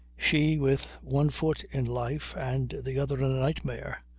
she, with one foot in life and the other in a nightmare,